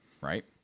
right